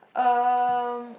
um